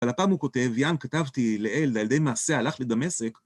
על הפעם הוא כותב, ים, כתבתי לאל, לילדי מעשה הלך לדמשק.